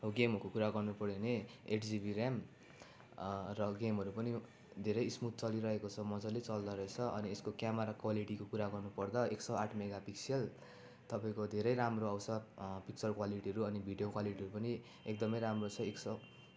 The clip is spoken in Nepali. गेमहरूको कुरा गर्नु पऱ्यो भने एट जिबी ऱ्याम र गेमहरू पनि धेरै स्मुद चलिरहेको छ मज्जाले चल्दोरहेछ अनि यसको क्यामरा क्वालिटीको कुरा गर्नु पर्दा एक सय आठ मेगा पिक्सल तपाईँको धेरै राम्रो आउँछ पिक्चर क्वालिटीहरू अनि भिडियो क्वालिटीहरू पनि एकदमै राम्रो छ एक सय